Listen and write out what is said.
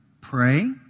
pray